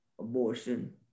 abortion